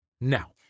now